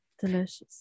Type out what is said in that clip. Delicious